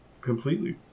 completely